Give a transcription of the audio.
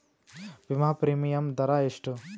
ವಿಮಾ ಪ್ರೀಮಿಯಮ್ ದರಾ ಎಷ್ಟು?